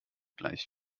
gleich